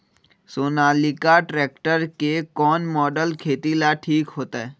Sonalika tractor के कौन model खेती ला ठीक होतै?